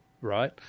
right